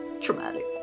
traumatic